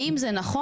האם זה נכון?